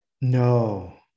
No